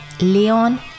Leon